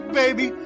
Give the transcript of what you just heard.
baby